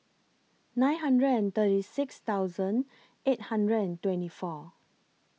nine hundred and thirty six thousand eight hundred and twenty four